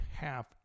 half